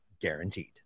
guaranteed